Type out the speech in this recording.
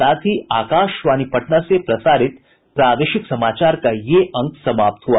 इसके साथ ही आकाशवाणी पटना से प्रसारित प्रादेशिक समाचार का ये अंक समाप्त हुआ